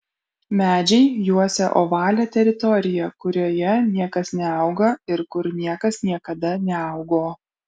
medžiai juosia ovalią teritoriją kurioje niekas neauga ir kur niekas niekada neaugo